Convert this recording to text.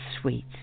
sweet